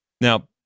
Now